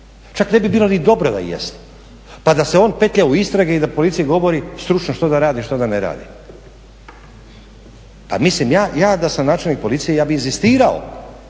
Čak ne bi bilo ni dobro da jest, pa da se on petlja u istrage i da policiji govori stručno što da radi, što da ne radi. Pa mislim, ja da sam načelnik policije ja bih inzistirao,